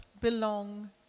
belong